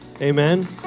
Amen